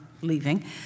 leaving